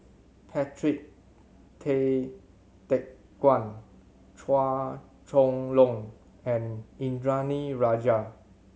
Patrick Tay Teck Guan Chua Chong Long and Indranee Rajah